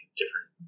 different